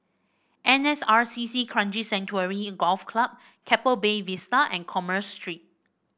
N S R C C Kranji Sanctuary Golf Club Keppel Bay Vista and Commerce Street